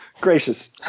gracious